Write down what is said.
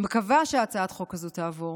אני מקווה שהצעת החוק הזאת תעבור.